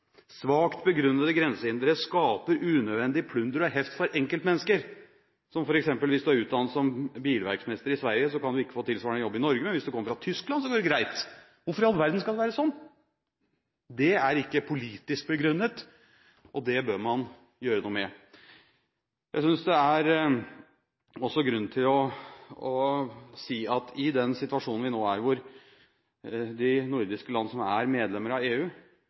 Svakt begrunnede grensehindre skaper unødvendig plunder og heft for enkeltmennesker, som f.eks. hvis du er utdannet bilverksmester i Sverige, kan du ikke få tilsvarende jobb i Norge, men hvis du kommer fra Tyskland, går det greit. Hvorfor i all verden skal det være sånn? Det er ikke politisk begrunnet, og det bør man gjøre noe med. Jeg synes også det er grunn til å si at i den situasjonen vi nå er i, hvor de nordiske landene som er medlem av EU,